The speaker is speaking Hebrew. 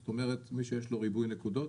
זאת אומרת מי שיש לו ריבוי נקודות,